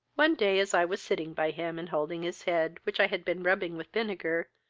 one day, as i was sitting by him, and holding his head, which i had been rubbing with vinegar,